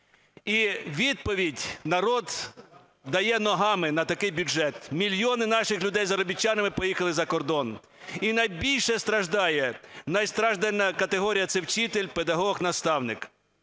І відповідь народ дає ногами на такий бюджет. Мільйони наших людей заробітчанами поїхали за кордон, і найбільше страждає, найстражденна категорія – це вчитель, педагог, наставник.